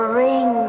ring